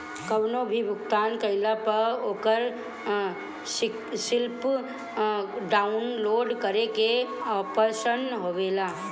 कवनो भी भुगतान कईला पअ ओकर स्लिप डाउनलोड करे के आप्शन रहेला